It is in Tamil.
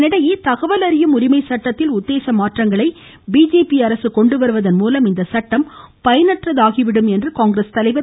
இதனிடையே தகவல் அறியும் உரிமை சட்டத்தில் உத்தேச மாற்றங்களை பிஜேபி அரசு கொண்டுவருவதன் மூலம் இந்த சட்டம் பயனற்றதாகிவிடும் என்று காங்கிரஸ் தலைவர் திரு